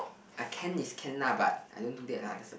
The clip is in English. I can is can lah but I don't do that lah that's the